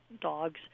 dogs